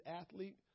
athlete